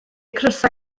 crysau